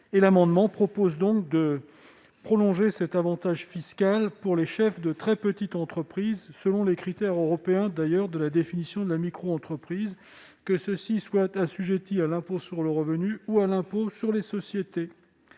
amendement vise à prolonger cet avantage fiscal pour les chefs de très petites entreprises, selon les critères européens de la définition de la microentreprise, qu'ils soient assujettis à l'impôt sur le revenu ou à l'impôt sur les sociétés.